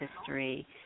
history